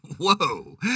Whoa